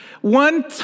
one